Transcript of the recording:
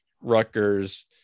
Rutgers